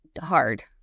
hard